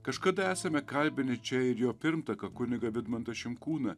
kažkada esame kalbinę čia ir jo pirmtaką kunigą vidmantą šimkūną